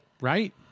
Right